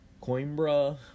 Coimbra